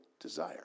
desire